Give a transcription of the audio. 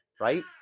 right